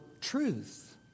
truth